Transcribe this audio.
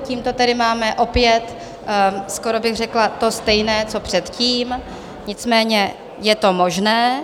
Tímto tedy máme opět skoro bych řekla to stejné, co předtím, nicméně je to možné.